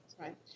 right